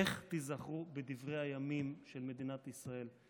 איך תיזכרו בדברי הימים של מדינת ישראל?